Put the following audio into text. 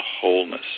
wholeness